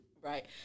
Right